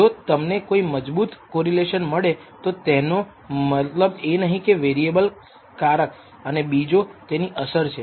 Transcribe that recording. જો તમને કોઈ મજબૂત કોરિલેશન મળે તો તેનો મતલબ એ નહીં કે એક વેરીએબલ કારક અને બીજો તેની અસર છે